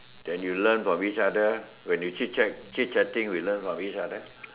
then you learn from each other when you chit chat you chit chatting we learn from each other